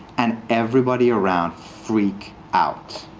and everybody around freak out.